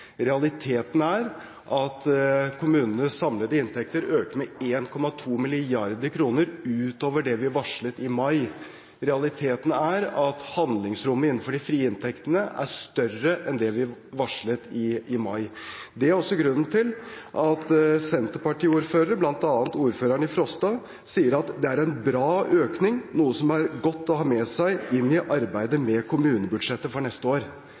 Realiteten er at kommunenes samlede inntekter øker med 1,2 mrd. kr utover det vi varslet i mai. Realiteten er at handlingsrommet innenfor de frie inntektene er større enn det vi varslet i mai. Det er også grunnen til at Senterparti-ordførere, bl.a. ordføreren i Frosta, sier at det er en bra økning og noe som er godt å ha med seg inn i arbeidet med kommunebudsjettet for neste år.